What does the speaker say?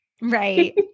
right